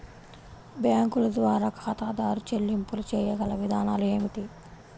బ్యాంకుల ద్వారా ఖాతాదారు చెల్లింపులు చేయగల విధానాలు ఏమిటి?